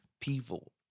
people